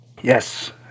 yes